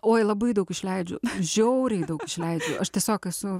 oi labai daug išleidžiu žiauriai daug išleidžiu aš tiesiog esu